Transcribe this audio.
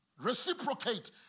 reciprocate